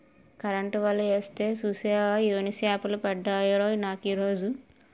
Current వల యేస్తే సూసేవా యెన్ని సేపలు పడ్డాయో నాకీరోజు?